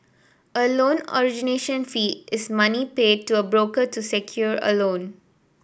a loan origination fee is money paid to a broker to secure a loan